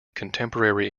contemporary